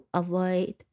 avoid